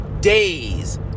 days